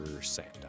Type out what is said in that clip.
Santa